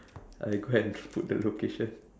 I go and put the location